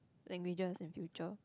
languages in future